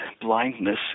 blindness